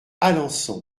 alençon